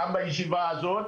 גם בישיבה הזו,